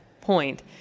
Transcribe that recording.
point